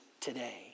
today